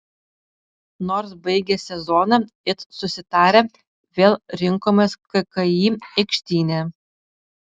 nors baigę sezoną it susitarę vėl rinkomės kki aikštyne